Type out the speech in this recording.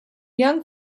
young